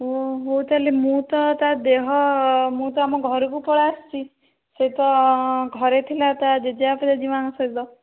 ଓ ହଉ ତାହେଲେ ମୁଁ ତ ତା ଦେହ ମୁଁ ତ ଆମ ଘରୁକୁ ପଳାଇଆସିଛି ସେ ତ ଘରେ ଥିଲା ତା ଜେଜେବାପା ଜେଜେମାଙ୍କ ସହିତ